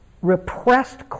Repressed